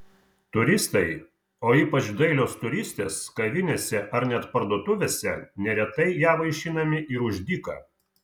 turistai o ypač dailios turistės kavinėse ar net parduotuvėse neretai ja vaišinami ir už dyką